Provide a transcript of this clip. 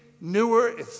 newer